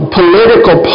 political